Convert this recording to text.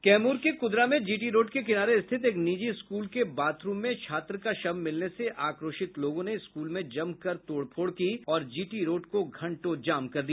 कैमूर के कुदरा में GT road के किनारे स्थित एक निजी स्कूल के बाथरूम में छात्र का शव मिलने से आक्रोशित लोगों ने स्कूल में जमकर तोड़ फोड़ की और जीटी रोड को घंटो जाम रखा